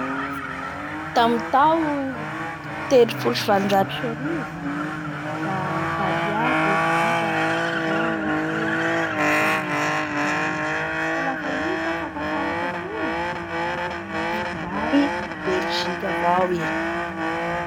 Mbo mana mpanjaka ny olo a Belzika agny da mana avao koa reo ny governemanta ndreo misy ministra avao koa ny amindreo agny!